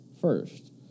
first